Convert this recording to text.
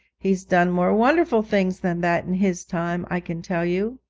he's done more wonderful things than that in his time, i can tell you